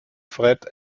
fred